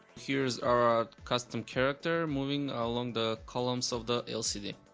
here's our custom character moving along the column so the lcd.